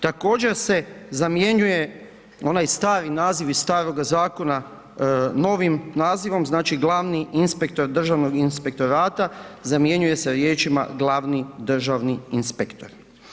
Također se zamjenjuje onaj stari naziv iz staroga zakona novim nazivom, znači, glavni inspektor Državnog inspektorata zamjenjuje se riječima glavni državni inspektor.